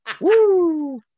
Woo